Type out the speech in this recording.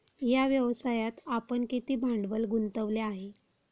या व्यवसायात आपण किती भांडवल गुंतवले आहे?